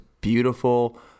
beautiful